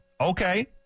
okay